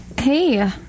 Hey